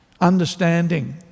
understanding